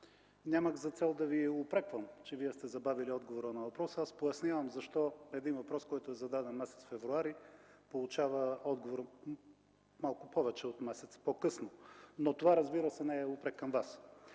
нямах за цел да Ви упреквам, че Вие сте забавили отговора на въпроса. Пояснявам защо един въпрос, който е зададен през месец февруари, получава отговор малко повече от месец по-късно. Това, разбира се, не е упрек към Вас.